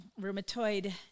rheumatoid